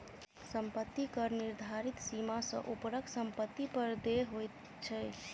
सम्पत्ति कर निर्धारित सीमा सॅ ऊपरक सम्पत्ति पर देय होइत छै